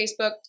Facebook